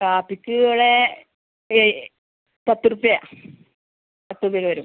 കാപ്പിക്ക് ഇവിടെ ഒരു ഏഴ് പത്ത് റുപ്യ പത്ത് റുപ്യ ഒക്കെ വരും